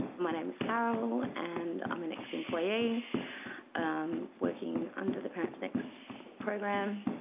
my name's carol and i'm an ex-employee um working under the parentsnext program.